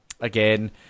again